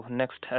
next